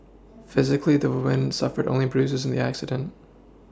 physically the woman suffered only bruises in the accident